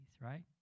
right